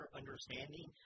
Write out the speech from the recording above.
understanding